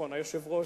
היושב-ראש,